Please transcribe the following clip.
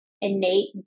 innate